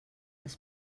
les